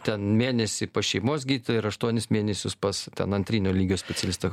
ten mėnesį pas šeimos gydytoją ir aštuonis mėnesius pas ten antrinio lygio specialistą